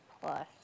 Plus